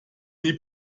nie